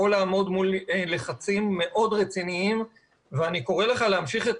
יכול לעמוד מול לחצים מאוד רציניים ואני קורא לך להמשיך את